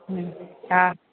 हमम हा